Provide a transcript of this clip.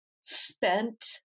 spent